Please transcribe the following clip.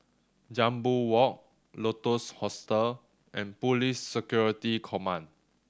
Jambol Walk Lotus Hostel and Police Security Command